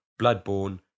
Bloodborne